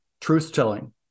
truth-telling